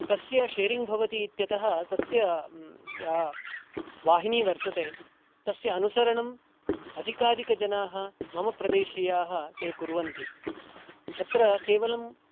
तस्य शेरिङ्ग् भवति इत्यतः तस्य या वाहिनी वर्तते तस्य अनुसरणम् अधिकाधिकजनाः मम प्रदेशीयाः ते कुर्वन्ति अत्र केवलं